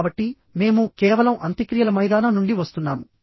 కాబట్టి మేము కేవలం అంత్యక్రియల మైదానం నుండి వస్తున్నాము